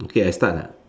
okay I start lah